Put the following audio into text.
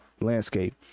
landscape